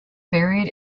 buried